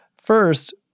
First